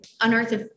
unearthed